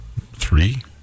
three